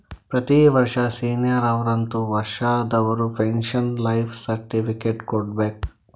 ಪ್ರತಿ ವರ್ಷ ಸೀನಿಯರ್ ಅರ್ವತ್ ವರ್ಷಾ ಆದವರು ಪೆನ್ಶನ್ ಲೈಫ್ ಸರ್ಟಿಫಿಕೇಟ್ ಕೊಡ್ಬೇಕ